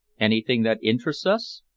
anything that interests us?